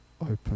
open